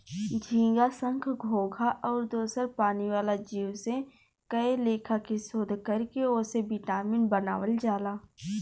झींगा, संख, घोघा आउर दोसर पानी वाला जीव से कए लेखा के शोध कर के ओसे विटामिन बनावल जाला